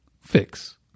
fix